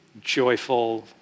joyful